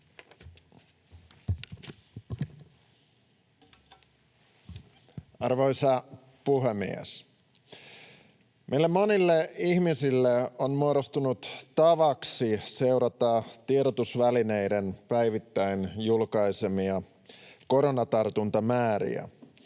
Arvoisa puhemies! Meille monille ihmisille on muodostunut tavaksi seurata tiedotusvälineiden päivittäin julkaisemia koronatartuntamääriä.